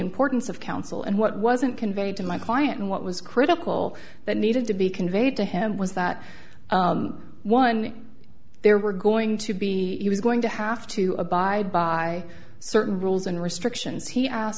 importance of counsel and what wasn't conveyed to my client and what was critical that needed to be conveyed to him was that one there were going to be he was going to have to abide by certain rules and restrictions he asked